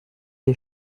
des